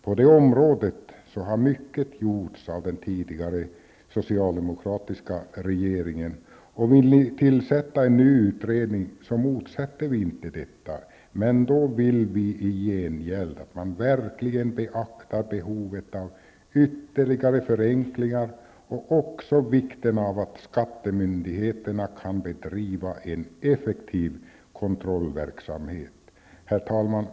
På det området har mycket gjorts av den tidigare socialdemokratiska regeringen, och vill ni tillsätta en ny utredning, motsätter vi oss inte detta, men då vill vi i gengäld att man verkligen beaktar behovet av ytterligare förenklingar och också vikten av att skattemyndigheterna kan bedriva en effektiv kontrollverksamhet. Herr talman!